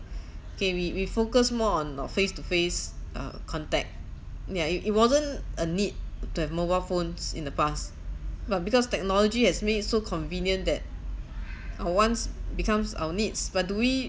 okay we we focus more on face-to-face uh contact yeah it it wasn't a need to have mobile phones in the past but because technology has made it so convenient that our wants becomes our needs but do we